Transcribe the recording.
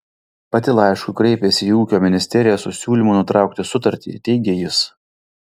pati laišku kreipėsi į ūkio ministeriją su siūlymu nutraukti sutartį teigė jis